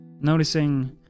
Noticing